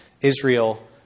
Israel